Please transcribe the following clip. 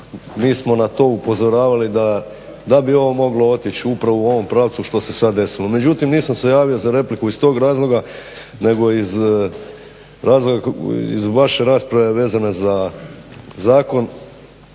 mi smo na to upozoravali da bi ovo moglo otići upravo u ovom pravcu što se sad desilo. Međutim, nisam se javio za repliku iz tog razloga, nego iz vaše rasprave vezane za zakon.